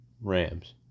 Rams